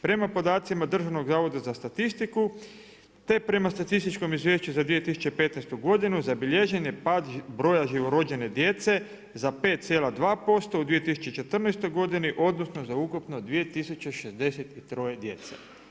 Prema podacima Državnog zavoda za statistiku te prema Statističkom izvješću za 2015. godinu zabilježen je pad broja živorođene djece za 5,2% u 2014. godini, odnosno za ukupno 2063 djece.